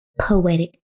poetic